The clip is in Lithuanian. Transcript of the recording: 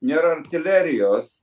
nėra artilerijos